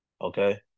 okay